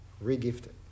re-gifted